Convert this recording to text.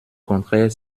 contraire